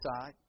side